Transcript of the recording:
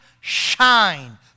shine